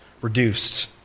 reduced